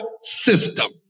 system